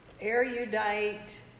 erudite